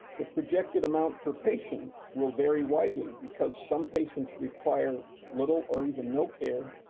the projected amount per patient will vary widely because some patients require little or even no care,